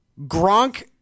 Gronk